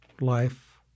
life